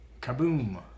Kaboom